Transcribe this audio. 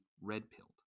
red-pilled